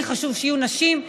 לי חשוב שיהיו נשים,